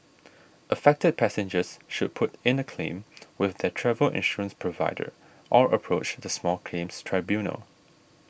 affected passengers should put in a claim with their travel insurance provider or approach the small claims tribunal